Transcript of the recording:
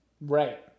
Right